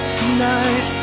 tonight